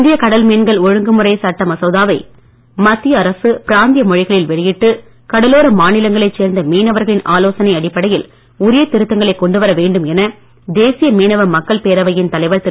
இந்திய கடல் மீன்கள் ஒழுங்குமுறை சட்ட மசோதாவை மத்திய அரசு பிராந்திய மொழிகளில் வெளியிட்டு கடலோர மாநிலங்களை சேர்ந்த மீனவர்களின் அடிப்படையில் உரிய திருத்தங்களை கொண்டு வர வேண்டும் என தேசிய மீனவ மக்கள் பேரவையின் தலைவர் திரு